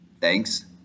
Thanks